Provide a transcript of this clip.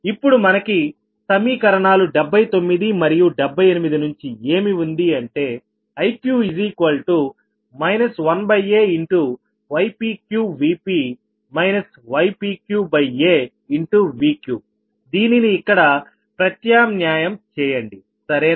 ఇప్పుడు మనకి సమీకరణాలు 79 మరియు 78 నుంచి ఏమి ఉంది అంటే Iq 1aypqVp ypqaVqదీనిని ఇక్కడ ప్రత్యామ్నాయం చేయండి సరేనా